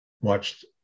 watched